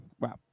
wow